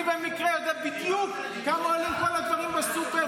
אני במקרה יודע בדיוק כמה עולים כל הדברים בסופר,